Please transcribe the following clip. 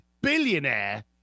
billionaire